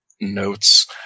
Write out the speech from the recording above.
notes